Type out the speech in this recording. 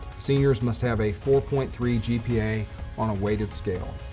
seniors must have a four point three gpa on a weighted scale.